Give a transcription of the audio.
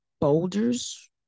boulders